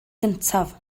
gyntaf